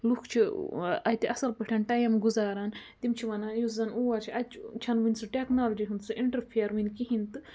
لُکھ چھِ اَتہِ اَصٕل پٲٹھۍ ٹایِم گُزاران تِم چھِ وَنان یُس زَن اور چھِ اَتہِ چھُ چھَنہٕ وٕنۍ سُہ ٹٮ۪کنالجی ہُنٛد سُہ اِنٹَرفِیَر وٕنۍ کِہیٖنۍ تہٕ